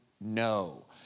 no